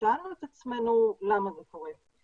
שאלנו את עצמנו למה זה קורה?